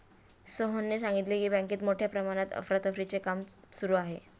सोहनने सांगितले की, बँकेत मोठ्या प्रमाणात अफरातफरीचे काम सुरू आहे